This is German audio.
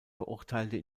verurteilte